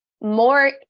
more